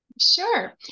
Sure